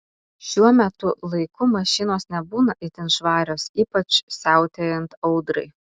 šiuo metų laiku mašinos nebūna itin švarios ypač siautėjant audrai